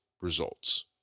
results